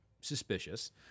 suspicious